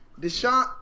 Deshaun